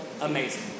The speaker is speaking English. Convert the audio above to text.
amazing